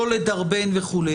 לא לדרבן וכו'.